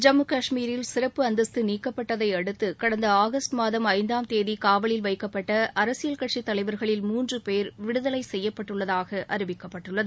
ஜம்மு காஷ்மீரில் சிறப்பு அந்தஸ்து நீக்கப்பட்டதை அடுத்து கடந்த ஆகஸ்ட் மாதம் ஐந்தாம்தேதி காவலில் வைக்கப்பட்ட அரசியல் கட்சித் தலைவர்களில் மூன்று பேர் விடுதலை செய்யப்பட்டுள்ளதாக அறிவிக்கப்பட்டுள்ளது